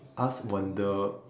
us wonder